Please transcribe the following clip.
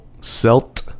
Selt